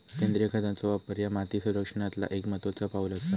सेंद्रिय खतांचो वापर ह्या माती संरक्षणातला एक महत्त्वाचा पाऊल आसा